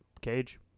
cage